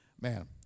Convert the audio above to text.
man